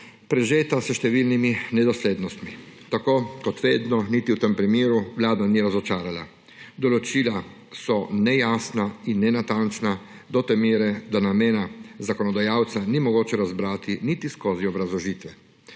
prežeta s številnimi nedoslednostmi. Tako kot vedno, niti v tem primeru Vlada ni razočarala. Določila so nejasna in nenatančna do te mere, da namena zakonodajalca ni mogoče razbrati niti skozi obrazložitve.